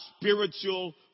spiritual